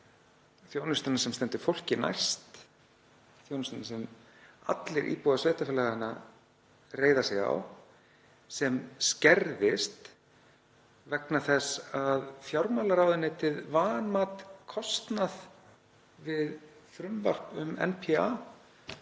þjónustuna sem stendur fólki næst, þjónustuna sem allir íbúar sveitarfélaganna reiða sig á, sem skerðist vegna þess að fjármálaráðuneytið vanmat kostnað við frumvarp um NPA